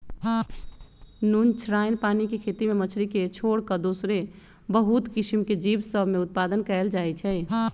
नुनछ्राइन पानी के खेती में मछरी के छोर कऽ दोसरो बहुते किसिम के जीव सभ में उत्पादन कएल जाइ छइ